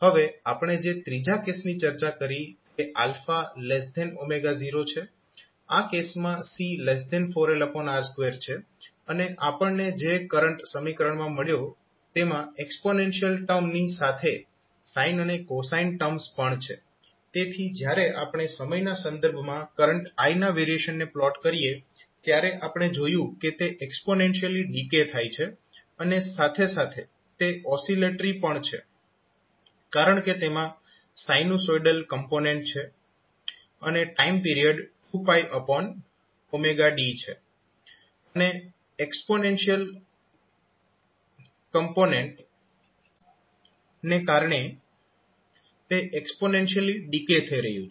હવે આપણે જે ત્રીજા કેસની ચર્ચા કરી તે 0 છે આ કેસમાં C 4LR2 છે અને આપણને જે કરંટ સમીકરણ મળ્યું તેમાં એક્સ્પોનેન્શિયલ ટર્મ ની સાથે સાઈન અને કોસાઈન ટર્મ્સ પણ છે તેથી જ્યારે આપણે સમયના સંદર્ભમાં કરંટ i ના વેરિએશનને પ્લોટ કરીએ ત્યારે આપણે જોયું કે તે એક્સ્પોનેન્શિયલી ડીકે થાય છે અને સાથે સાથે તે ઓસીલેટરી છે કારણ કે તેમાં સાઈનુસોઇડલ કોમ્પોનેન્ટ છે અને ટાઈમ પીરીયડ 2d છે અને એક્સ્પોનેન્શિયલ કોમ્પોનેન્ટ ને કારણે તે એક્સ્પોનેન્શીયલી ડીકે થઈ રહ્યુ છે